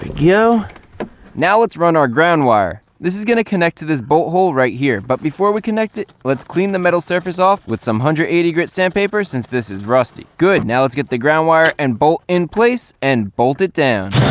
go now, let's run our ground wire. this is gonna connect to this bolt hole right here but before we connect it, let's clean the metal surface off with some one hundred and eighty grit sandpaper since this is rusty good now, let's get the ground wire and bolt in place and bolt it down